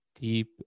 deep